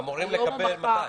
מתי?